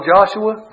Joshua